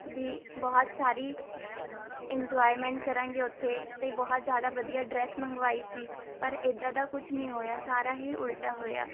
ਵੀ ਬਹੁਤ ਸਾਰੀ ਇੰਜੋਇਮੈਂਟ ਕਰਾਂਗੇ ਉੱਥੇ ਅਤੇ ਬਹੁਤ ਜ਼ਿਆਦਾ ਵਧੀਆ ਡਰੈਸ ਮੰਗਵਾਈ ਸੀ ਪਰ ਇੱਦਾਂ ਦਾ ਕੁਛ ਨਹੀਂ ਹੋਇਆ ਸਾਰਾ ਹੀ ਉਲਟਾ ਹੋਇਆ